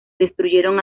destruyeron